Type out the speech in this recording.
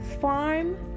farm